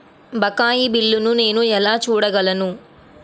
బకాయి బిల్లును నేను ఎలా చూడగలను?